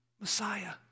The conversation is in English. Messiah